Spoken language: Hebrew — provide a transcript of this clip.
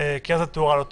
כי אז התאורה לא טובה.